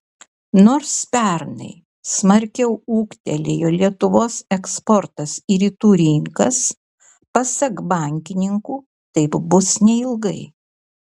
nors pernai smarkiau ūgtelėjo lietuvos eksportas į rytų rinkas pasak bankininkų taip bus neilgai